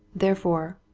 therefore